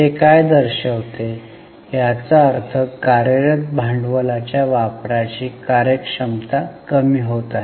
हे काय दर्शविते याचा अर्थ कार्यरत भांडवलाच्या वापराची कार्यक्षमता कमी होत आहे